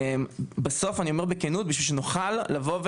בשביל שנוכל לבוא,